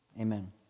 amen